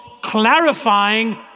clarifying